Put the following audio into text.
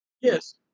Yes